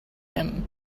him